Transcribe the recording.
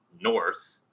north